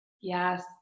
Yes